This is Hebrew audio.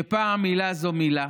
שפעם, מילה הייתה מילה,